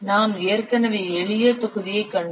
நாம் ஏற்கனவே எளிய தொகுதியைக் கண்டோம்